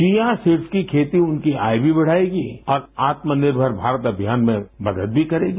chia seeds की खेती उनकी आय भी बढ़ाएगी और आत्मनिर्भर भारत अभियान में मदद भी करेगी